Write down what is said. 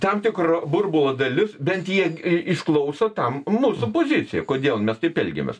tam tikro burbulo dalis bent jie išklauso tą mūsų poziciją kodėl mes taip elgiamės